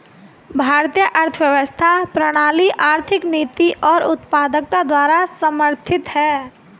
भारतीय अर्थव्यवस्था प्रणाली आर्थिक नीति और उत्पादकता द्वारा समर्थित हैं